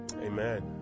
amen